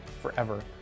forever